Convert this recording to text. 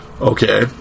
okay